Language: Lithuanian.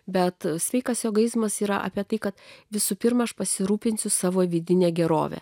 bet sveikas egoizmas yra apie tai kad visų pirma aš pasirūpinsiu savo vidine gerove